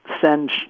send